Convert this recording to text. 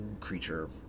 creature